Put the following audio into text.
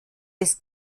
des